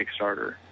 Kickstarter